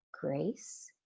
Grace